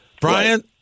Brian